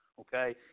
Okay